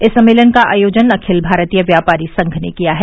इस सम्मेलन का आयोजन अखिल भारतीय व्यापारी संघ ने किया है